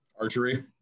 archery